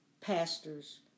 pastors